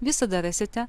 visada rasite